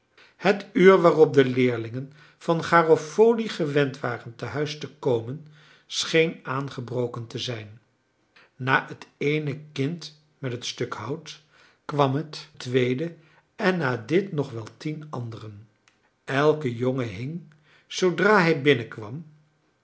het uur waarop de leerlingen van garofoli gewend waren tehuis te komen scheen aangebroken te zijn na het eene kind met het stuk hout kwam het tweede en na dit nog wel tien anderen elke jongen hing zoodra hij binnenkwam